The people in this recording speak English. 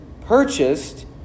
purchased